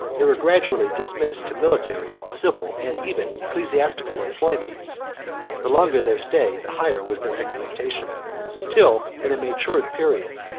they were gradually dismissed to military, civil, and even ecclesiastical employments the longer their stay, the higher was their expectation till, at a mature period,